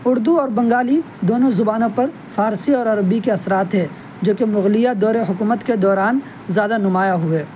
اردو اور بنگالی دونوں زبانوں پر فارسی اور عربی کے اثرات ہیں جو کہ مغلیہ دور حکومت کے دوران زیادہ نمایاں ہوئے